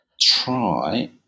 try